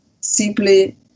simply